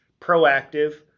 proactive